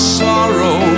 sorrow